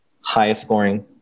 highest-scoring